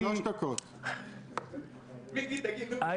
מיקי, אני